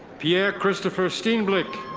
pierre christopher steenblick.